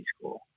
school